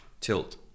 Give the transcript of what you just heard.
tilt